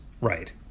right